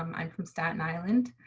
um i'm from staten island.